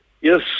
Yes